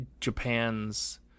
Japan's